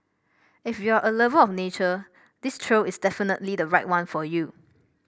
if you're a lover of nature this trail is definitely the right one for you